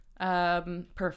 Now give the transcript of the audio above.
Perfect